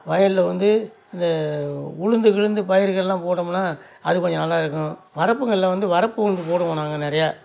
வயலில் வந்து இந்த உளுந்து கிழுந்து பயிர்களெலாம் போட்டமுன்னால் அது கொஞ்சம் நல்லாயிருக்கும் வரப்புகளில் வந்து வரப்பு உளுந்து போடுவோம் நாங்கள் நிறையா